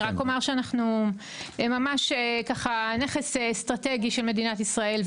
אני רק אומר שאנחנו נכס אסטרטגי של מדינת ישראל,